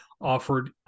offered